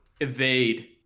evade